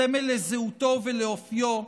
סמל לזהותו ולאופיו,